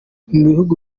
bihugu